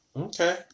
okay